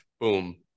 boom